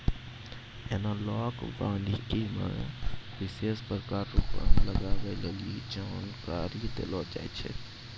एनालाँक वानिकी मे विशेष प्रकार रो वन लगबै लेली जानकारी देलो जाय छै